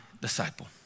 disciple